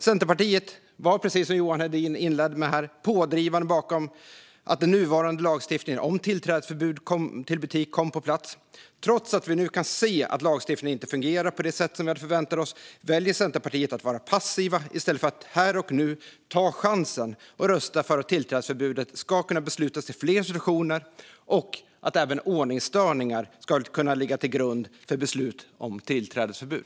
Centerpartiet var, som Johan Hedin inledde med att säga, pådrivande bakom att den nuvarande lagstiftningen om tillträdesförbud till butik kom på plats. Trots att vi nu kan se att lagstiftningen inte fungerar på det sätt som vi hade förväntat oss väljer Centerpartiet att vara passiva i stället för att här och nu ta chansen och rösta för att tillträdesförbudet ska kunna beslutas i fler situationer och att även ordningsstörningar ska kunna ligga till grund för beslut om tillträdesförbud.